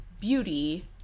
beauty